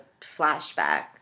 flashback